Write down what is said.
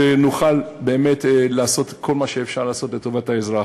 ונוכל באמת לעשות כל מה שאפשר לעשות לטובת האזרח.